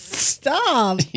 Stop